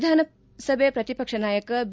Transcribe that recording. ವಿಧಾನಸಭೆ ಪ್ರತಿಪಕ್ಷ ನಾಯಕ ಬಿ